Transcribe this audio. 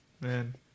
man